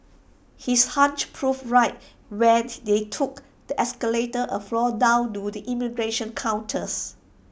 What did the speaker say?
his hunch proved right when they took the escalators A floor down to the immigration counters